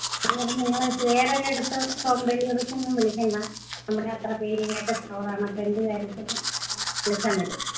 ഇനിയിപ്പോള് നിങ്ങള് വേറൊരിടത്തും ഹോം ഡെലിവറിക്കൊന്നും വിളിക്കേണ്ട നമ്മുടേത് അത്ര പേരുകേട്ട സ്റ്റോറാണ് അപ്പോള് എന്തു കാര്യത്തിനും വിളിച്ചാല് മതി